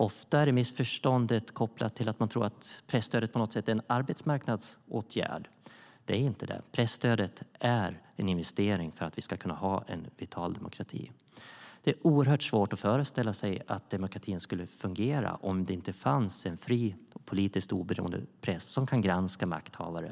Ofta är missförståndet kopplat till att man tror att presstödet på något sätt är en arbetsmarknadsåtgärd. Det är inte det. Presstödet är en investering för att vi ska kunna ha en vital demokrati. Det är oerhört svårt att föreställa sig att demokratin skulle fungera om det inte fanns en fri och politiskt oberoende press som kan granska makthavare.